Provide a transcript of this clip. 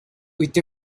with